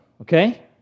Okay